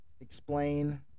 explain